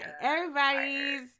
everybody's